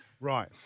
Right